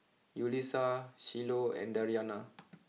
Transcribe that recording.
Yulisa Shiloh and Dariana